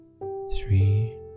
three